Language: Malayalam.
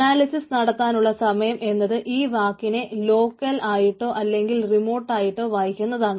അനാലിസിസ് നടത്താനുള്ള സമയം എന്നത് ഈ വാക്കിനെ ലോക്കൽ വായിക്കുന്നതാണ്